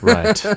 Right